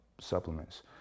supplements